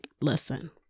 Listen